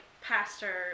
Pastor